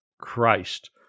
Christ